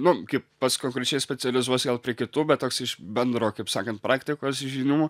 nu kaip pats konkrečiai specializuojuosi gal prie kitų bet toks iš bendro kaip sakant praktikos žinių